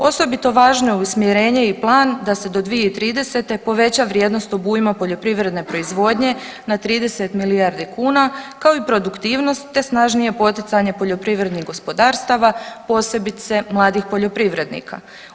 Osobito važno je usmjerenje i plan da se do 2030. poveća vrijednost obujma poljoprivredne proizvodnje na 30 milijardi kuna kao i produktivnost te snažnije poticanje poljoprivrednih gospodarstava posebice mladih poljoprivrednika.